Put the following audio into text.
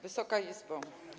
Wysoka Izbo!